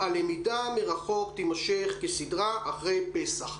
הלמידה מרחוק תימשך כסדרה אחרי פסח,